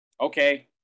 Okay